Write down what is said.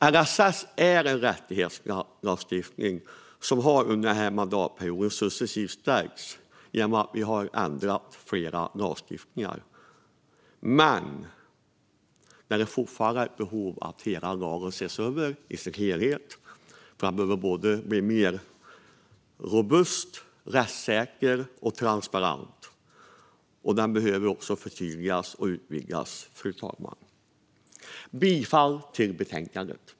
LSS är en rättighetslagstiftning som under den här mandatperioden successivt har stärkts genom att vi har ändrat flera lagstiftningar, men det finns fortfarande behov av att lagen ses över i sin helhet. Den behöver bli mer robust, rättssäker och transparent. Den behöver också förtydligas och utvidgas, fru talman. Jag yrkar bifall till förslaget i betänkandet.